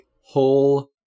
whole